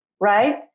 right